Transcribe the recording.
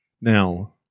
Now